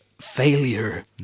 failure